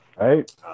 Right